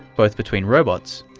both between robots,